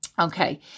Okay